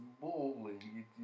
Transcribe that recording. bowling